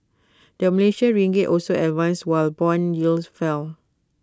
the Malaysian ringgit also advanced while Bond yields fell